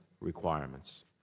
requirements